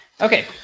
okay